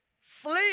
Flee